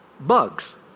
Bugs